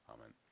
amen